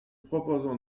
proposons